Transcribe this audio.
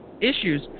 issues